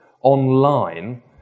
online